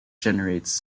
generates